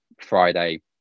Friday